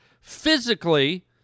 physically